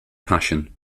passion